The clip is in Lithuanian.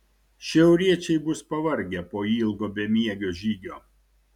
šiauriečiai bus pavargę po ilgo bemiegio žygio